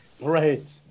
Right